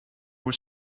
were